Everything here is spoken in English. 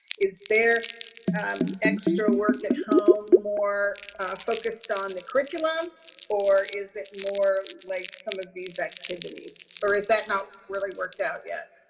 is their extra work at home more focused on the curriculum or is it more like some of these activities or is that not really worked out yet?